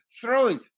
throwing